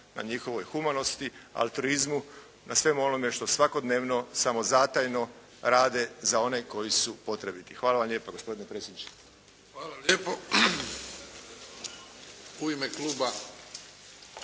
na njihovoj humanosti, altruizmu, na svemu onome što svakodnevno samozatajno rade za one koji su potrebiti. Hvala vam lijepa gospodine predsjedniče. **Bebić, Luka (HDZ)** Hvala lijepo. U ime kluba